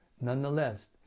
Nonetheless